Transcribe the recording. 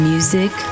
Music